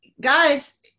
guys